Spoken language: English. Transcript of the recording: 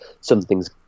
something's